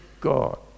God